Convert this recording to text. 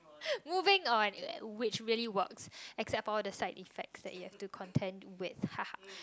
moving on which really works except for all the side effects that you have to content with